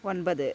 ஒன்பது